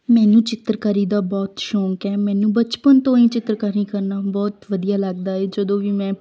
ਮੈਨੂੰ ਚਿੱਤਰਕਾਰੀ ਦਾ ਬਹੁਤ ਸ਼ੌਂਕ ਹੈ ਮੈਨੂੰ ਬਚਪਨ ਤੋਂ ਹੀ ਚਿੱਤਰਰਕਾਰੀ ਕਰਨਾ ਬਹੁਤ ਵਧੀਆ ਲੱਗਦਾ ਏ ਜਦੋਂ ਵੀ ਮੈਂ